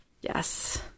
yes